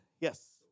yes